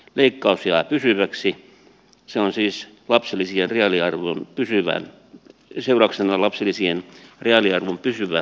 leikkaus jää pysyväksi se on siis lapsilisien reaaliarvoon pyrkivän seurauksena lapsilisien reaaliarvon pysyvä pienentyminen